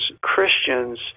christians